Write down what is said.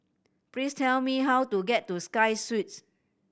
please tell me how to get to Sky Suites